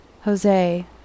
Jose